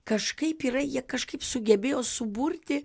kažkaip yra jie kažkaip sugebėjo suburti